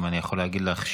ואיראן עומדת להגיע לפצצת